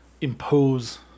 impose